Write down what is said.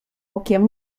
okiem